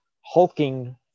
hulking